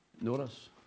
Notice